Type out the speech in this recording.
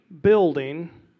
building